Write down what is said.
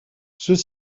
ceux